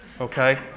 okay